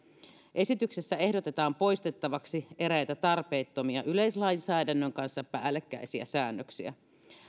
esityksessä ehdotetaan poistettavaksi eräitä tarpeettomia yleislainsäädännön kanssa päällekkäisiä säännöksiä